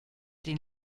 den